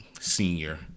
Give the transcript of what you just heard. senior